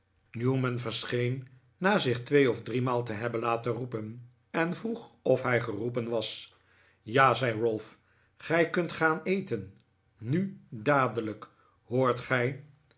newman verscheen na zich twee of driemaal te hebben laten roepen en vroeg of hij geroepen was ja zei ralph gij kunt gaan eten nu dadelijk hoort gij